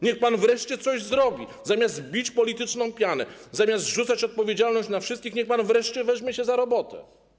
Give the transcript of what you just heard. Niech pan wreszcie coś zrobi, zamiast bić polityczną pianę, zamiast zrzucać odpowiedzialność na wszystkich, niech pan wreszcie weźmie się za robotę.